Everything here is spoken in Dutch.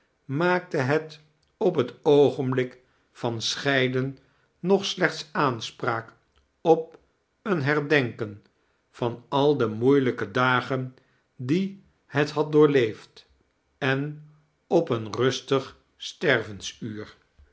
maakte liet op het oogenblik van scheidlen nog slechts aanspraak op een herdenken van al de moeilijke dagen die het liad doorleefd en op een rustig